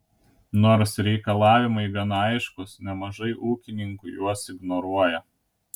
nors reikalavimai gana aiškūs nemažai ūkininkų juos ignoruoja